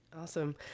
awesome